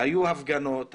היו הפגנות,